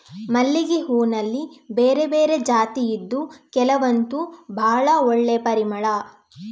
ಮಲ್ಲಿಗೆ ಹೂನಲ್ಲಿ ಬೇರೆ ಬೇರೆ ಜಾತಿ ಇದ್ದು ಕೆಲವಂತೂ ಭಾಳ ಒಳ್ಳೆ ಪರಿಮಳ